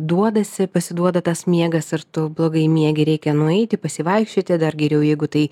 duodasi pasiduoda tas miegas ar tu blogai miegi reikia nueiti pasivaikščioti dar geriau jeigu tai